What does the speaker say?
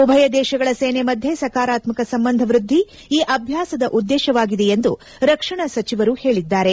ಉಭಯ ದೇಶಗಳ ಸೇನೆ ಮಧ್ಯೆ ಸಕಾರಾತ್ಮಕ ಸಂಬಂಧ ವೃದ್ದಿ ಈ ಅಭ್ಯಾಸದ ಉದ್ದೇಶವಾಗಿದೆ ಎಂದು ರಕ್ಷಣಾ ಸಚಿವರು ಹೇಳಿದ್ದಾರೆ